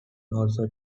also